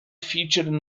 featured